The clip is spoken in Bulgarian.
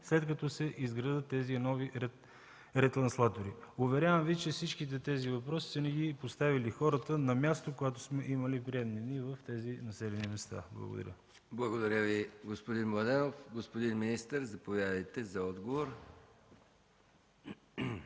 след като се изградят тези нови ретранслатори? Уверявам Ви, че всичките тези въпроси са ни ги поставили хората на място, когато сме имали приемни дни в тези населени места. Благодаря. ПРЕДСЕДАТЕЛ МИХАИЛ МИКОВ: Благодаря Ви, господин Младенов. Господин министър, заповядайте за отговор.